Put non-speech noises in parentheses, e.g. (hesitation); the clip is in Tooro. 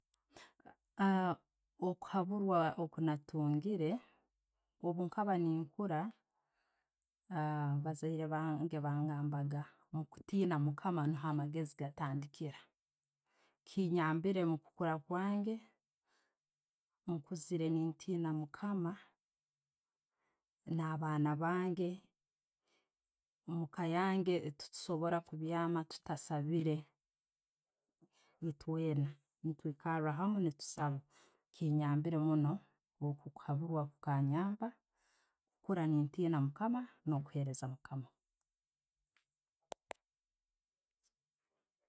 (hesitation) Okuhabuura okanatungire, obukaaba nenkuura, (hesitation) abazzire bange bangambaga, mukutiina mukama nuho amagezi gatandiikira. Kinyambiire omukukura kwange, nkuziire nintiina mukama na'abaaana bange, omuka yange tetusobora kubyama tutasaabire, eitweena, nitwikarahamu ne'tusaaba. Kinyambire munno, okuhaburwa kukanyamba kukuura nentiina mukama no'kuheeraza mukama.